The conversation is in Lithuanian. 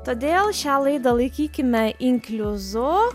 todėl šią laidą laikykime inkliuzu